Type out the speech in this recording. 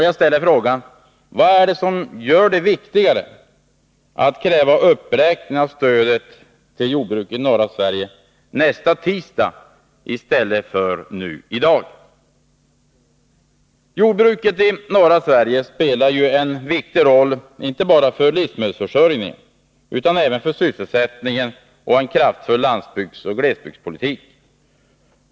Jag ställer frågan: Vad är det som gör det viktigare att nästa tisdag i stället för nu i dag kräva en uppräkning av stödet till jordbruket i norra Sverige? Jordbruket i norra Sverige spelar en viktig roll inte bara för livsmedelsförsörjningen utan också för sysselsättningen och en kraftfull landsbygdsoch glesbygdspolitik.